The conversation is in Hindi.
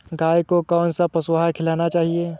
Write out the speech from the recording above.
गाय को कौन सा पशु आहार खिलाना चाहिए?